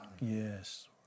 Yes